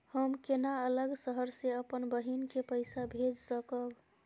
हम केना अलग शहर से अपन बहिन के पैसा भेज सकब?